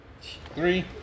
Three